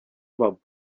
about